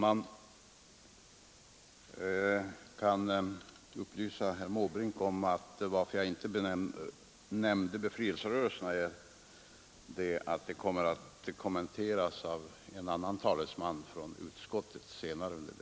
Herr talman! Anledningen till att jag inte tog upp befrielserörelserna, herr Måbrink, är att dessa senare under debatten skall kommenteras av en annan talesman från utskottet.